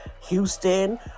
Houston